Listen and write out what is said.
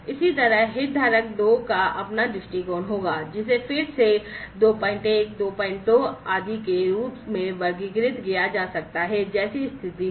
इसी तरह हितधारक 2 का अपना दृष्टिकोण होगा जिसे फिर से 21 22 आदि के रूप में वर्गीकृत किया जा सकता है जैसी स्थति हो